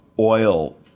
Oil